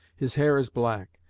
his hair is black,